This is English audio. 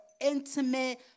intimate